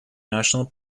national